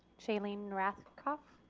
schelieen rathkoph.